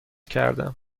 کردم